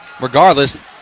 Regardless